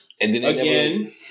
again